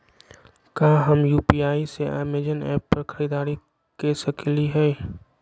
का हम यू.पी.आई से अमेजन ऐप पर खरीदारी के सकली हई?